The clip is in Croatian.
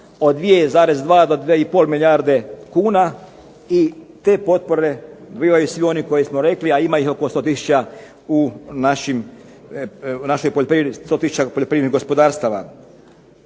od 2,2 do 2,5 milijarde kuna i te potpore dobivaju svi oni koje smo rekli a ima ih oko 100 tisuća poljoprivrednih gospodarstava.